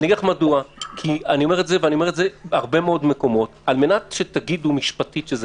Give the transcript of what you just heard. אני אומר את זה בהרבה מקומות כדי שתגידו משפטית שזה